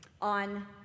on